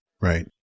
right